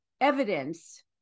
evidence